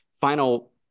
final